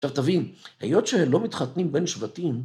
עכשיו, תבין, היות שלא מתחתנים בין שבטים...